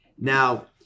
now